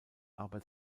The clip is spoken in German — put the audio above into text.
aber